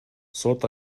сот